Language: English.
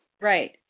Right